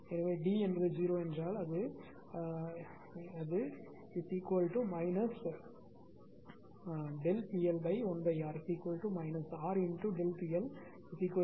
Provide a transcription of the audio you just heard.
எனவே டி 0 என்றால் அது இருக்கும் PL1R RΔPL 0